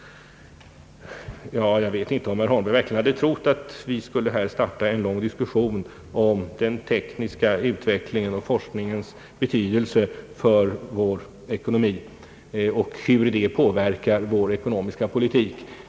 Jag vet inte om herr Holmberg hade trott att vi skulle starta en lång diskussion om den tekniska utvecklingens och forskningens betydelse för vår ekonomi och hur detta påverkar vår ekonomiska politik.